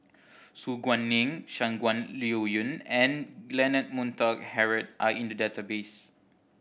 Su Guaning Shangguan Liuyun and Leonard Montague Harrod are in the database